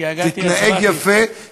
לו בשלב יותר מוקדם,